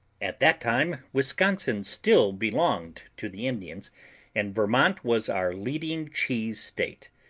at that time wisconsin still belonged to the indians and vermont was our leading cheese state,